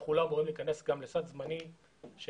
אנחנו לא אמורים להיכנס לסד זמנים של